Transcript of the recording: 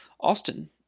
Austin